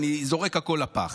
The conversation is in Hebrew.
אני זורק הכול לפח.